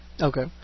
Okay